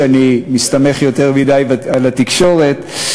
שאני מסתמך יותר מדי על התקשורת,